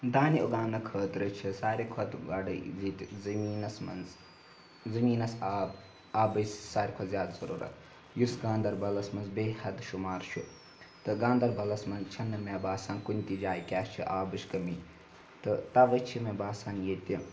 دانہِ اُگاونہٕ خٲطرٕ چھِ ساروی کھۄتہٕ گۄڈَے ییٚتہِ زٔمیٖنَس منٛز زٔمیٖنَس آب آبٕچ ساروی کھۄتہٕ زیادٕ ضٔروٗرت یُس گاندَربَلَس منٛز بےحد شُمار چھُ تہٕ گاندَربَلَس منٛز چھَنہٕ مےٚ باسان کُنہِ تہِ جایہِ کہِ اَسہِ چھِ آبٕچ کٔمی تہٕ توَے چھِ مےٚ باسان ییٚتہِ